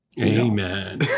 Amen